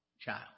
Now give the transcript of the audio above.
child